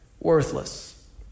worthless